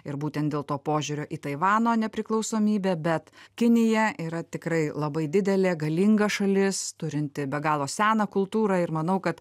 ir būtent dėl to požiūrio į taivano nepriklausomybę bet kinija yra tikrai labai didelė galinga šalis turinti be galo seną kultūrą ir manau kad